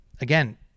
again